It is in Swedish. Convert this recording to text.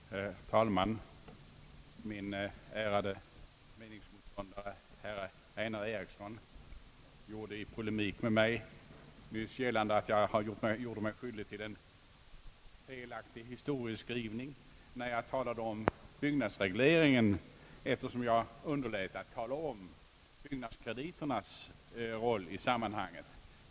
Herr talman! Min ärade meningsmotståndare herr Einar Eriksson gjorde nyss i polemik med mig gällande att jag hade gjort mig skyldig till en felaktig historieskrivning när jag talade om byggnadsregleringen, eftersom jag underlät att nämna byggnadskrediternas roll i sammanhanget.